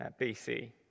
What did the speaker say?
BC